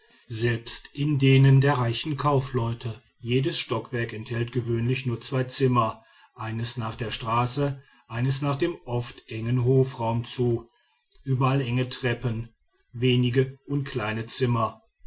selbst in denen der reichen kaufleute jedes stockwerk enthält gewöhnlich nur zwei zimmer eines nach der straße eines nach dem oft engen hofraum zu überall enge treppen wenige und kleine zimmer